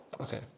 Okay